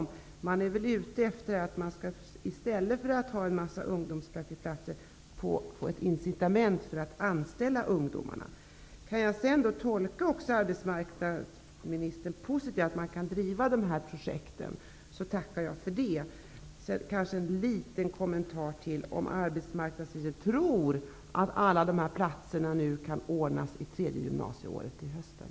Men man är väl ute efter att i stället för ungdomspraktikantplatser få ett incitament för att anställa ungdomarna. Om jag får tolka arbetsmarknadsministern positivt så, att man kan driva alla dessa projekt, tackar jag för det. Slutligen en liten fråga om arbetsmarknadsministern tror att platserna för det tredje gymnasieåret kan ordnas till hösten.